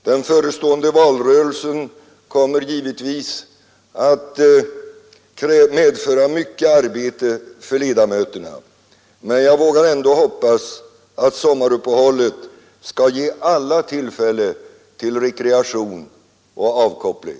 Den förestående valrörelsen kommer givetvis att medföra mycket arbete för ledamöterna, men jag vågar ändå hoppas att sommaruppehållet skall ge alla tillfälle till rekreation och avkoppling.